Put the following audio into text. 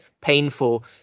painful